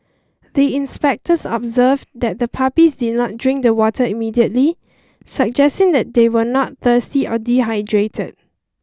the inspectors observed that the puppies did not drink the water immediately suggesting that they were not thirsty or dehydrated